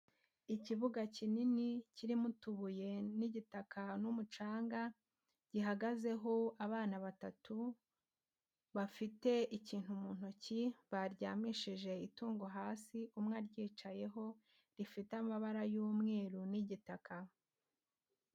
Ikibuga kinini kirimo utubuye n'igitaka n'umucanga, gihagazeho abana batatu bafite ikintu mu ntoki baryamishije itungo hasi umwe aryicayeho rifite amabara y'umweru n'igitaka.